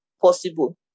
possible